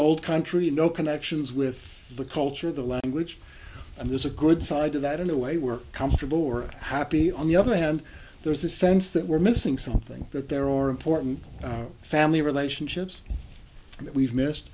old country no connections with the culture the language and there's a good side to that in a way we're comfortable or happy on the other hand there's a sense that we're missing something that there are important family relationships that we've missed